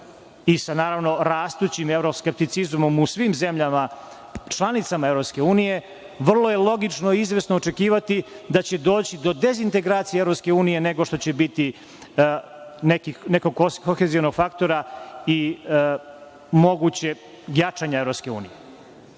i sa rastućim evropskepcitizmom u svim zemljama članicama EU, vrlo je logično izvesno očekivati da će doći do dezintegracije EU, nego što će biti nekog kohezionog faktora i mogućeg jačanja EU.Na